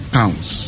counts